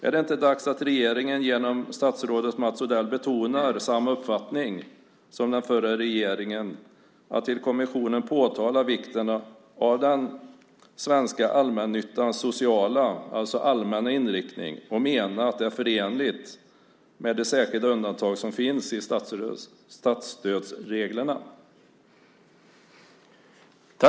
Är det inte dags att regeringen genom statsrådet Mats Odell betonar samma uppfattning som den förra regeringen och till kommissionen påtalar vikten av den svenska allmännyttans sociala, allmänna inriktning och menar att den är förenlig med det särskilda undantag som finns i statsstödsreglerna?